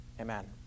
Amen